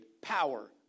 power